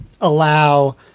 allow